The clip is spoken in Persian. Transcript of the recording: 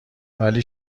ولی